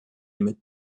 mit